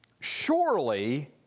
surely